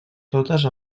totes